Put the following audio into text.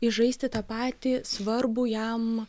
žaisti tą patį svarbų jam